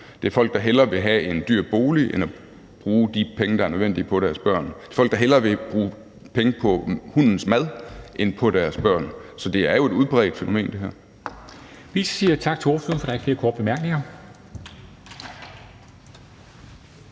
det er folk, der hellere vil have en dyr bolig end bruge de penge, der er nødvendige, på deres børn; det er folk, der hellere vil bruge penge på hundens mad end på deres børn. Så det her er jo et udbredt fænomen. Kl.